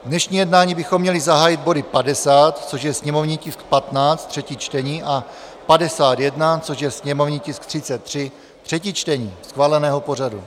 Dnešní jednání bychom měli zahájit body 50, což je sněmovní tisk 15, třetí čtení, a 51, což je sněmovní tisk 33, třetí čtení schváleného pořadu.